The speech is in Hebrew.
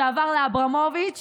שעבר לאברמוביץ',